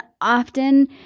often